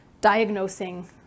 diagnosing